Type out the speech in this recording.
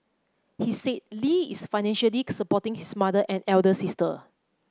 he said Lee is financially supporting his mother and elder sister